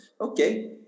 Okay